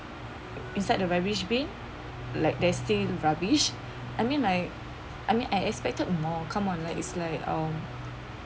inside the rubbish bin like there's still the rubbish I mean like I mean I expected more come on like is like um